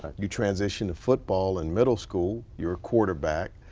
you transition to football in middle school. you're a quarterback.